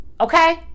Okay